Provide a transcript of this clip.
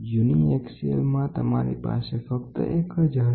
એક અક્ષીય તમારી પાસે ફક્ત એક જ હશે